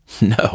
No